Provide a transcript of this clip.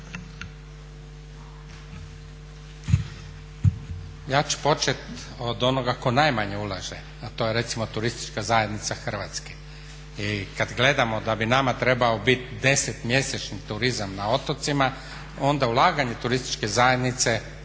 Ja ću početi od onoga tko najmanje ulaže, a to je recimo Turistička zajednica Hrvatske. Kad gledamo da bi nama trebao biti 10 mjeseci turizam na otocima onda ulaganje Turističke zajednice